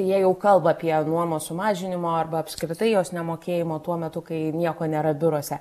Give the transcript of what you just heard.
jie jau kalba apie nuomos sumažinimą arba apskritai jos nemokėjimą tuo metu kai nieko nėra biuruose